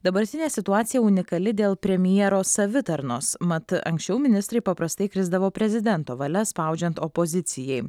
dabartinė situacija unikali dėl premjero savitarnos mat anksčiau ministrai paprastai krisdavo prezidento valia spaudžiant opozicijai